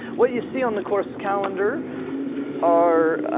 what you see on the course calendar are